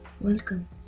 Welcome